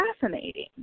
fascinating